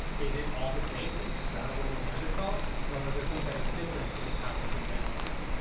is it all the same that grandma was a neanderthal or is there some kind of difference in how this would manifest?